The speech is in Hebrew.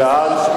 בעד, זה בעד.